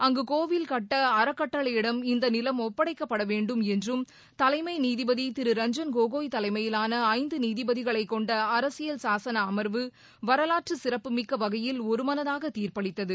அங்கு கோவில் கட்ட அறக்கட்டளையிடம் இந்த நிலம் ஒப்படைக்கப்பட வேண்டும் என்றும் தலைமை நீதிபதி திரு ரஞ்சன் கோகோய் தலைமையிலான ஐந்து நீதிபதிகளை கொண்ட அரசியல் சாசன அம்வு வரலாற்று சிறப்புமிக்க வகையில் ஒருமனதாக தீர்ப்பளித்தது